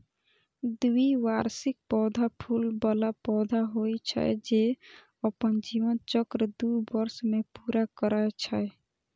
द्विवार्षिक पौधा फूल बला पौधा होइ छै, जे अपन जीवन चक्र दू वर्ष मे पूरा करै छै